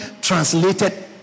translated